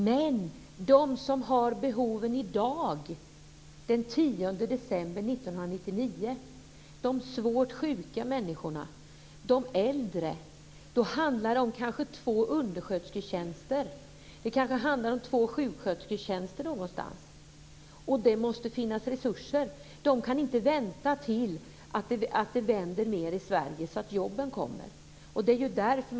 Men när det gäller dem som har behoven i dag, den 10 december 1999, de svårt sjuka och de äldre, handlar det kanske om två underskötersketjänster eller två sjukskötersketjänster någonstans. Det måste finnas resurser till detta. Man kan inte vänta tills utvecklingen i Sverige vänder, så att jobben kommer tillbaka.